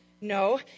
no